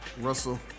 Russell